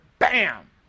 Bam